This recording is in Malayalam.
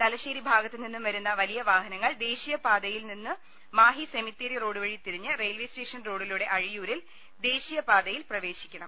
തലശ്ശേരി ഭാഗത്തുനിന്നും വരുന്ന വലിയ വാഹനങ്ങൾ ദേശീയ പാതയിൽ നിന്ന് മാഹി സെമിത്തേരി റോഡ് വഴി തിരിഞ്ഞ് റെയിൽവേ സ്റ്റേഷൻ റോഡിലൂടെ അഴിയൂരിൽ ദേശീയപാതയിൽ പ്രവേശിക്കണം